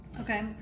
Okay